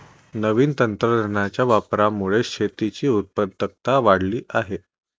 नवीन तंत्रज्ञानाच्या वापरामुळे शेतीची उत्पादकता वाढली आहे